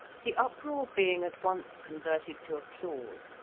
the uproar being at once converted to applause,